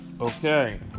Okay